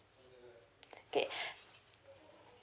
okay